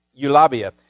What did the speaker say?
eulabia